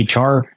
HR